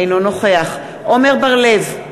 אינו נוכח עמר בר-לב,